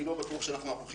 אני לא בטוח שאנחנו ערוכים